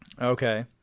Okay